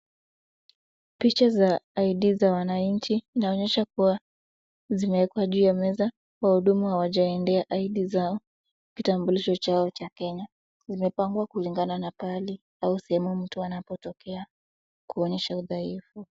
Picha za ID za wananchi inaonyesha kuwa zimewekwa juu ya meza. Wahudumu hawajaendea ID zao, kitambulisho chao cha Kenya zimepangwa kulingana na pahali au sehemu mtu anapotokea kuonyesha udhaifu.